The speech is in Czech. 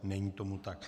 Není tomu tak.